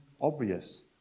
obvious